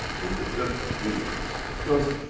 in the depth of universe, because.